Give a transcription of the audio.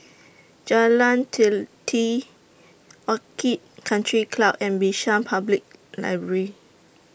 Jalan Teliti Orchid Country Club and Bishan Public Library